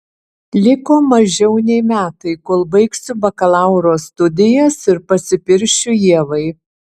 liko mažiau nei metai kol baigsiu bakalauro studijas ir pasipiršiu ievai